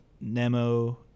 Nemo